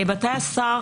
מתי שר